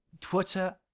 Twitter